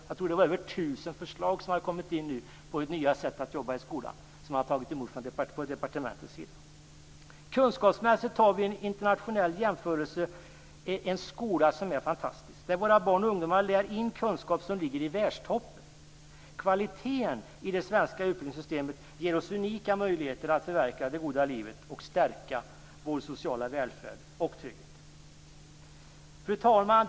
Jag tror att det var över 1 000 förslag på nya sätt att jobba i skolan som departementet fått ta emot. Kunskapsmässigt har vi en i internationell jämförelse fantastisk skola, där våra barn och ungdomar lär in kunskap som ligger i världstopp. Kvaliteten i det svenska utbildningssystemet ger oss unika möjligheter att förverkliga det goda livet och stärka vår sociala välfärd och trygghet. Fru talman!